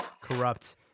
corrupt –